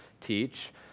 teach